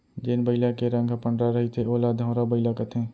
जेन बइला के रंग ह पंडरा रहिथे ओला धंवरा बइला कथें